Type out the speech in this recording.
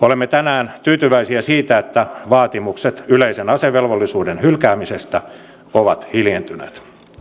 olemme tänään tyytyväisiä siitä että vaatimukset yleisen asevelvollisuuden hylkäämisestä ovat hiljentyneet